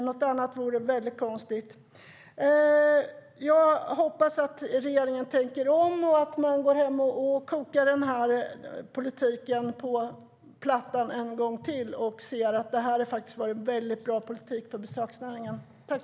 Något annat vore väldigt konstigt.